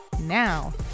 Now